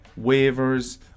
waivers